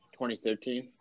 2013